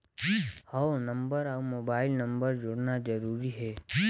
हव नंबर अउ mobile number जोड़ना जरूरी हे?